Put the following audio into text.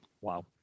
Wow